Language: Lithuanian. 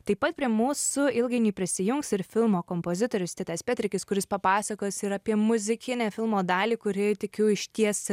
taip pat prie mūsų ilgainiui prisijungs ir filmo kompozitorius titas petrikis kuris papasakos ir apie muzikinę filmo dalį kuri tikiu išties